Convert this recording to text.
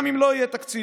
גם אם לא יהיה תקציב.